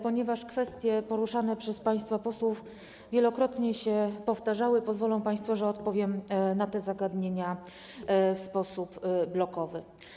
Ponieważ kwestie poruszane przez państwa posłów wielokrotnie się powtarzały, pozwolą państwo, że odpowiem na te zagadnienia w sposób blokowy.